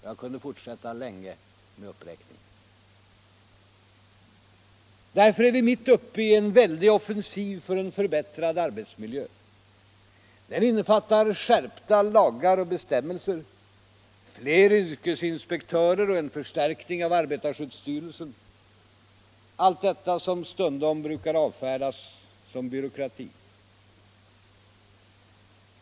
Jag kunde fortsätta länge Därför är vi mitt uppe i en väldig offensiv för en förbättrad arbetsmiljö. Den innefattar skärpta lagar och bestämmelser, fler yrkesinspektörer och en förstärkning av arbetarskyddsstyrelsen — allt detta som stundom brukar avfärdas som byråkrati.